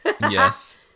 Yes